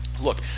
Look